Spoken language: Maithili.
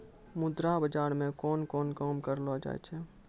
मुद्रा बाजार मे कोन कोन काम करलो जाय छै